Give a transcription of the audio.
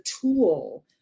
tool